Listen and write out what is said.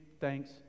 thanks